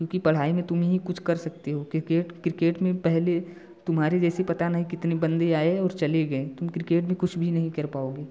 क्योंकि पढ़ाई में ही तुम कुछ कर सकते हो क्रिकेट क्रिकेट में पहले तुम्हारे जैसे पता नहीं कितने बंदे आये और चले गए तुम क्रिकेट मे कुछ भी नहीं कर पाओगे